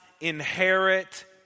inherit